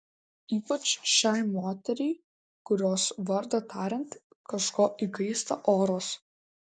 ypač šiai moteriai kurios vardą tariant kažko įkaista oras